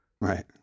Right